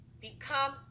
become